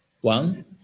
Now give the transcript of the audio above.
One